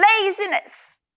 Laziness